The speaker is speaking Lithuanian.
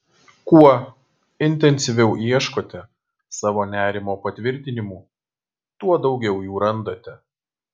kuo intensyviau ieškote savo nerimo patvirtinimų tuo daugiau jų randate